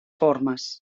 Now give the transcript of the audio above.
formes